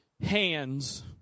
hands